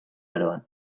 aroan